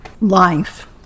life